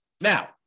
Now